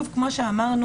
שוב כמו שאמרנו,